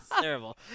Terrible